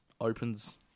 opens